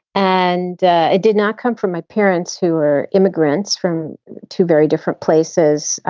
and it did not come from my parents who were immigrants from two very different places.